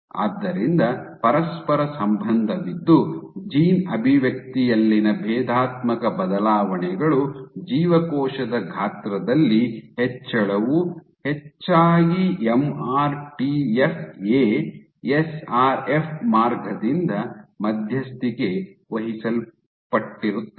ಆದ್ದರಿಂದ ಪರಸ್ಪರ ಸಂಬಂಧವಿದ್ದು ಜೀನ್ ಅಭಿವ್ಯಕ್ತಿಯಲ್ಲಿನ ಭೇದಾತ್ಮಕ ಬದಲಾವಣೆಗಳು ಜೀವಕೋಶದ ಗಾತ್ರದಲ್ಲಿ ಹೆಚ್ಚಳವು ಹೆಚ್ಚಾಗಿ ಎಂಆರ್ಟಿಎಫ್ ಎ ಎಸ್ಆರ್ಎಫ್ ಮಾರ್ಗದಿಂದ ಮಧ್ಯಸ್ಥಿಕೆ ವಹಿಸಲ್ಪಟ್ಟಿರುತ್ತದೆ